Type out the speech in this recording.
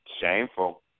Shameful